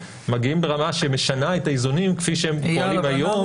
מגיעים לרמה שמשנה את האיזונים כפי שהם קורים היום,